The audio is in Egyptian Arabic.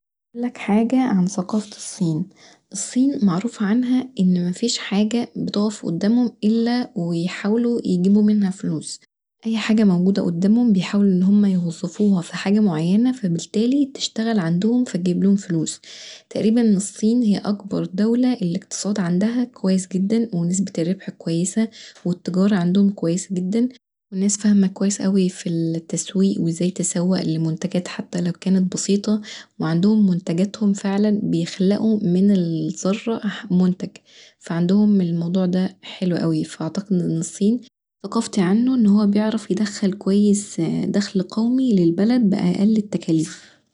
أقولك حاجه عن ثقافة الصين، الصين معروف عنها ان مفيش حاجه بتقف قدامهم الا ويحاولوا يجيبوا منها فلوس، اي حاجه موجوده قدامهم بيحاولوا ان هما يوصفوها في حاجه معينة فبالتلي بتشتغل عندهم فتجيبلهم فلوس تقريبا الصين هي اكبر دولة الأقتصاد عندها كويس جدا ونسبة الربح كويسه والتجاره عندهم كويسه جدا والناس فاهمه كويس اوي في التسويق وازاي تسوق للمنتجات حتي لو كانت بسيطه وعندهم منتجاتهم فعلا بيخلقوا من الذره منتج عندهم الموضوع دا حلو اوي فأعتقد ان الصين ثقافتي عنه ان هو بيعرف يدخل كويس دخل قومي للبلد بأقل التكاليف.